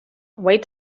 wait